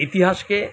ইতিহাসকে